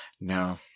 No